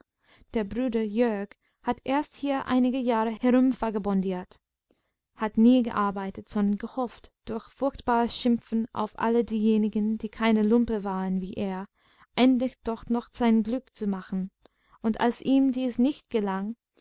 der bruder jörg hat erst hier einige jahre herumvagabondiert hat nie gearbeitet sondern gehofft durch furchtbares schimpfen auf alle diejenigen die keine lumpe waren wie er endlich doch noch sein glück zu machen und als ihm dies nicht gelang